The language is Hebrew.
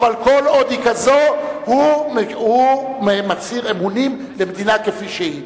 כל עוד היא כזאת הוא מצהיר אמונים למדינה כפי שהיא.